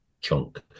chunk